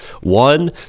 one